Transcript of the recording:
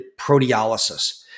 proteolysis